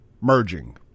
merging